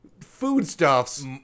foodstuffs